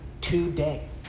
today